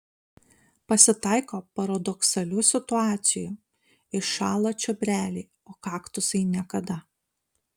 pasitaiko paradoksalių situacijų iššąla čiobreliai o kaktusai niekada